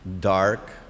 dark